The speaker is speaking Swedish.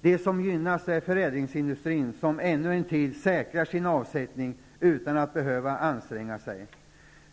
De som gynnas är förädlingsindustrin, som ännu en tid säkrar sin avsättning utan att behöva anstränga sig.